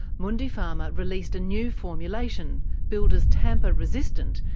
mundipharma released a new formulation, billed as tamper resistant,